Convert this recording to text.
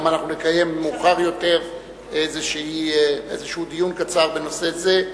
גם אנחנו נקיים מאוחר יותר איזה דיון קצר בנושא זה.